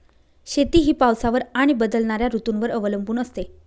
शेती ही पावसावर आणि बदलणाऱ्या ऋतूंवर अवलंबून असते